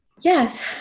Yes